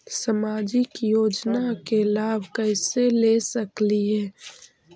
सामाजिक योजना के लाभ कैसे ले सकली हे?